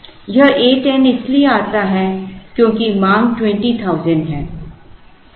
यह 8n इसलिए आता है क्योंकि मांग 20000 है